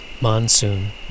Monsoon